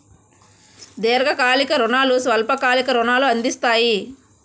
దీర్ఘకాలిక రుణాలు స్వల్ప కాలిక రుణాలు అందిస్తాయి